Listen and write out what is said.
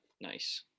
Nice